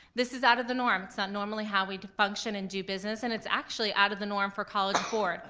this is out of the norm, it's not normally how we function and do business, and it's actually out of the norm for college board,